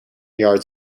yard